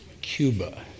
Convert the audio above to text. Cuba